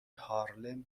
هارلِم